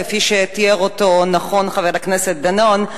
כפי שתיאר אותו נכון חבר הכנסת דנון,